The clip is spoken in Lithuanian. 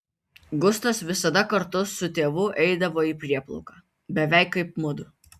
gustas visada kartu su tėvu eidavo į prieplauką beveik kaip mudu